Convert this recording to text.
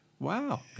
Wow